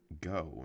Go